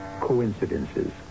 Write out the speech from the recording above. coincidences